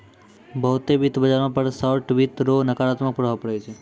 बहुते वित्त बाजारो पर शार्ट वित्त रो नकारात्मक प्रभाव पड़ै छै